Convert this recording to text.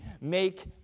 make